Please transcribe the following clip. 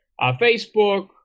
Facebook